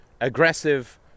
aggressive